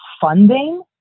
funding